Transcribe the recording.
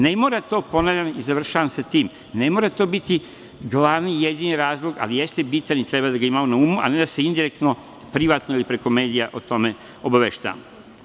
Ne mora to, ponavljam i završavam sa tim, ne mora to biti glavni i jedini razlog, ali jeste bitan i treba da ga imamo na umu, a ne da se indirektno, privatno ili preko medija o tome obaveštavamo.